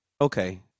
Okay